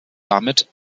damit